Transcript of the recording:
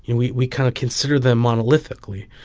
and we we kind of consider them monolithically.